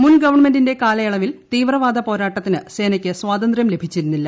മുൻ ഗവൺമെന്റിന്റെ കാലയളവിൽ തീവ്രവാദ പോരാട്ടത്തിന് സേനക്ക് സ്വാതന്ത്ര്യം ലഭിച്ചിരുന്നില്ല